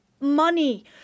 money